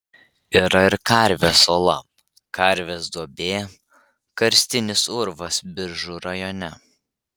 yra ir karvės ola karvės duobė karstinis urvas biržų rajone